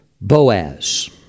Boaz